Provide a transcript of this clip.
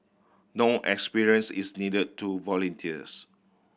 experience is need to volunteers